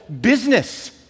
business